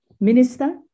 Minister